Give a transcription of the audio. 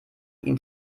ihn